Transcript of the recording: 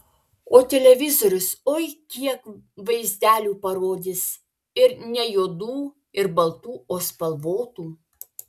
o televizorius oi kiek vaizdelių parodys ir ne juodų ir baltų o spalvotų